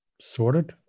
Sorted